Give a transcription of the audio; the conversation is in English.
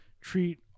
treat